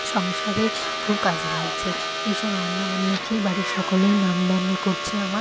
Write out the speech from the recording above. সংসারে খুব কাজে লাগছে এই সব রান্না বান্না খেয়ে বাড়ির সকলেই নাম ধাম করছে আমার